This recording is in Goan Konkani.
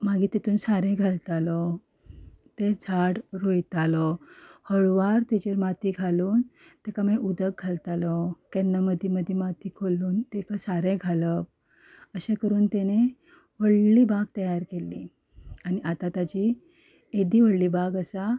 मागीर तितूंत सारें घालतालो तें झाड रोयतालो हळवार तेचेर माती घालून तेका मागीर उदक घालतालो केन्ना मदीं मदीं माती तें सारें घालप अशें करून तेणें एक व्हडली बाग तयार केल्ली आनी आतां ताची येदी व्हडली बाग आसा